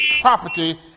property